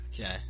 Okay